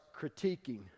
critiquing